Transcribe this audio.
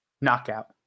Knockout